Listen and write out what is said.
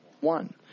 one